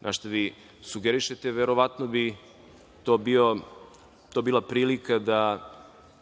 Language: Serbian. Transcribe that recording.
na šta vi sugerišete, verovatno bi to bila prilika da